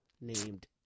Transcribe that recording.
named